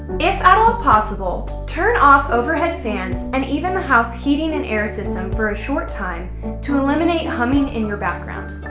if all possible, turn off overhead fans and even the house heating and air system for a short time to eliminate humming in your background.